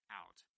out